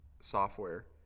software